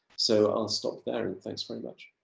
so i'll stop there. and thanks very much.